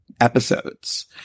episodes